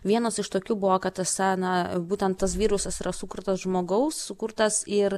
vienas iš tokių buvo kad tas na būtent tas virusas yra sukurtas žmogaus sukurtas ir